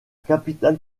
capitale